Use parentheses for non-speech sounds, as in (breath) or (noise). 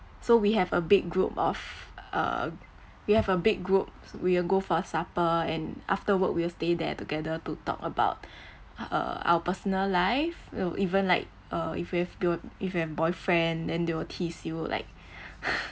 so we have a big group of uh we have a big group we will go for supper and after work we will stay there together to talk about (breath) uh our personal life we'll even like uh if you have b~ if we have boyfriend then they will tease you like (laughs)